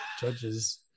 judges